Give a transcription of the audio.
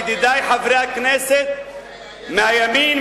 ידידי חברי הכנסת מהימין,